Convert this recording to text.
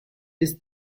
this